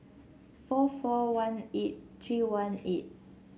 four four one eight three one eight